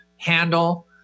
handle